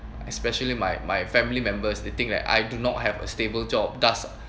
especially my my family members they think that I do not have a stable job does